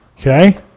Okay